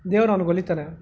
ದೇವ್ರು ಅವ್ನಿಗೆ ಒಲಿತಾನೆ